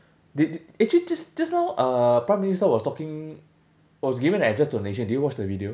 the the actually just just now uh prime minister was talking was giving an address to the nation did you watch the video